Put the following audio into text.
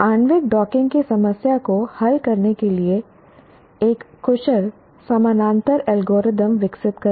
आणविक डॉकिंग की समस्या को हल करने के लिए एक कुशल समानांतर एल्गोरिदम विकसित करें